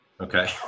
Okay